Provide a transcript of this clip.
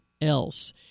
else